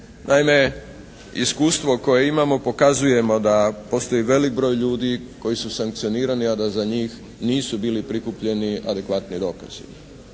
Naime, iskustvo koje imamo pokazujemo da postoji velik broj ljudi koji su sankcionirani, a da za njih nisu bili prikupljeni adekvatni dokazi.